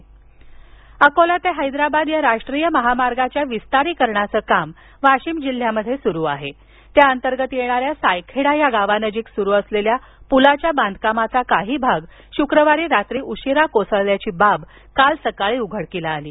पुल वाशिम अकोला ते हैदराबाद या राष्ट्रीय महामार्गाच्या विस्तारीकरणाचे काम वाशिम जिल्ह्यात सुरू असून या अंतर्गत येणाऱ्या सायखेडा ह्या गावा नजीक सुरू असलेल्या पुलाच्या बांधकामाचा काही शुक्रवारी रात्री उशिरा कोसळल्याची बाब काल सकाळी उघडकीस आली